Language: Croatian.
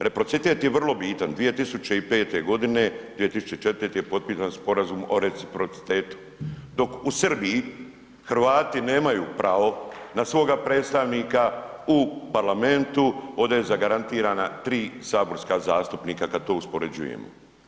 Reciprocitet je vrlo bitan, 2005. g., 2004. je potpisan Sporazum o reciprocitetu, dok u Srbiji Hrvati nemaju pravo na svoga predstavnika u parlamentu, ovdje je zagarantirana 3 saborska zastupnika kad to uspoređujemo.